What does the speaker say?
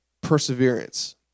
perseverance